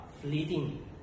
fleeting